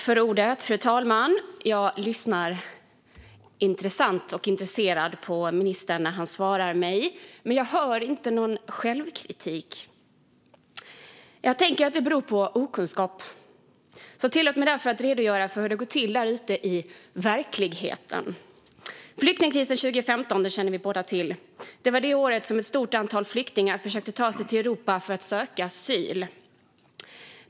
Fru talman! Jag lyssnar intresserat på ministern när han svarar mig, men jag hör inte någon självkritik. Jag tänker att det beror på okunskap. Tillåt mig därför att redogöra för hur det går till där ute i verkligheten. Flyktingkrisen 2015 känner vi båda till. Det var det året som ett stort antal flyktingar försökte ta sig till Europa för att söka asyl.